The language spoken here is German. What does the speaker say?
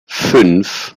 fünf